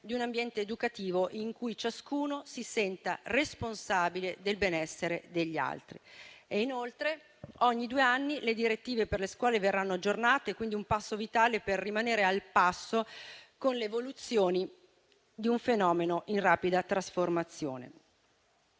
di un ambiente educativo in cui ciascuno si senta responsabile del benessere degli altri. Inoltre, le direttive per le scuole verranno aggiornate ogni due anni, misura vitale per rimanere al passo con l'evoluzione di un fenomeno in rapida trasformazione.